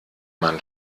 man